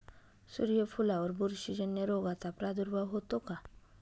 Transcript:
सूर्यफुलावर बुरशीजन्य रोगाचा प्रादुर्भाव होतो का?